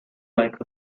like